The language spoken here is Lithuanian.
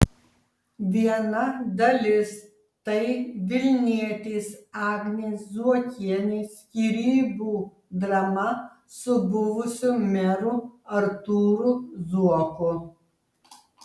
viena dalis tai vilnietės agnės zuokienės skyrybų drama su buvusiu meru artūru zuoku